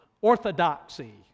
orthodoxy